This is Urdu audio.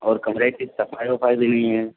اور کمرے کی صفائی وفائی بھی نہیں ہے